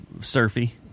surfy